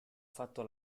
fatto